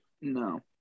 No